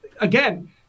again –